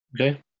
Okay